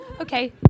okay